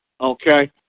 Okay